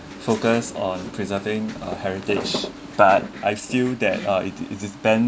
focus on presenting a heritage but I feel that uh it is banned